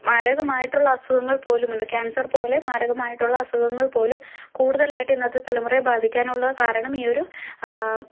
മാരകമായിട്ടുള്ള അസുഖങ്ങൾ പോലുമുണ്ട് ക്യാൻസർ പോലെ മാരകമായിട്ടുള്ള അസുഖങ്ങൾ പോലും കൂടുതലായിട്ട് ഇന്നത്തെ തലമുറയെ ബാധിക്കാനുള്ള കാരണം ഈയൊരു